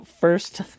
first